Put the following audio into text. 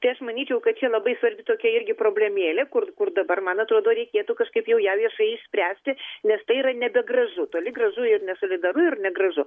tai aš manyčiau kad čia labai svarbi tokia irgi problemėlė kur kur dabar man atrodo reikėtų kažkaip jau ją viešai išspręsti nes tai yra nebegražu toli gražu ir nesolidaru ir negražu